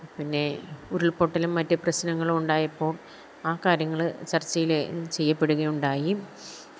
പിന്നെ ഉരുള്പൊട്ടലും മറ്റു പ്രശ്നങ്ങളും ഉണ്ടായപ്പോൾ ആ കാര്യങ്ങൾ ചര്ച്ചയിൽ ചെയ്യപ്പെടുകയുണ്ടായി